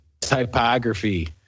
typography